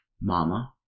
Mama